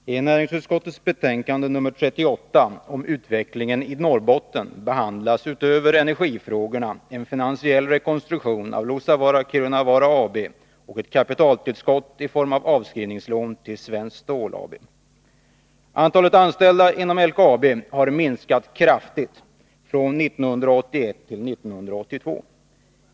Fru talman! I näringsutskottets betänkande nr 38 om utvecklingen i Norrbotten behandlas utöver energifrågorna en finansiell rekonstruktion av Luossavaara-Kiirunavaara AB och ett kapitaltillskott i form av avskrivningslån till Svenskt Stål AB. Antalet anställda inom LKAB har minskat kraftigt från 1981 till 1982.